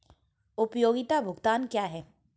उपयोगिता भुगतान क्या हैं?